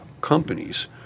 companies